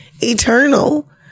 eternal